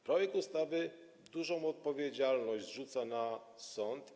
Projekt ustawy dużą odpowiedzialność zrzuca na sąd.